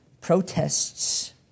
protests